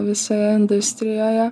visoje industrijoje